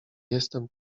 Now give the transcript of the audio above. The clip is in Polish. jestem